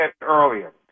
earlier